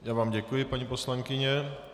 Já vám děkuji, paní poslankyně.